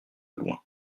loin